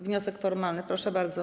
Wniosek formalny, proszę bardzo.